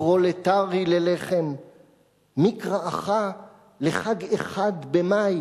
פרולטרי ללחם?/ מי קראך לחג אחד במאי,